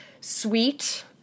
sweet